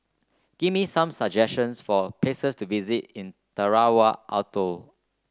give me some suggestions for places to visit in Tarawa Atoll